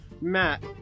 Matt